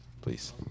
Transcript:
Please